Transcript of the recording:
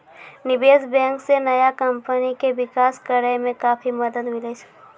निबेश बेंक से नया कमपनी के बिकास करेय मे काफी मदद मिले छै